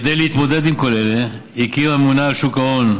כדי להתמודד עם כל אלה הקים הממונה על שוק ההון,